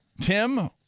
Tim